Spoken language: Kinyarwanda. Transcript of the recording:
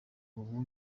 ubu